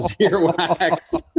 earwax